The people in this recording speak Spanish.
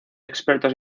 expertos